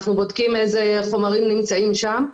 אנחנו בודקים איזה חומרים נמצאים שם,